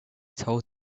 told